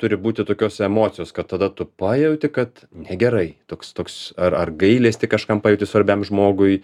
turi būti tokios emocijos kad tada tu pajauti kad negerai toks toks ar ar gailestį kažkam pajauti svarbiam žmogui